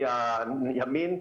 מהימין,